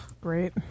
great